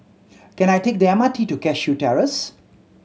can I take the M R T to Cashew Terrace